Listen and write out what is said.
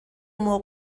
مرغ